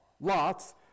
Lots